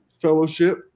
Fellowship